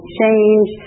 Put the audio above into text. change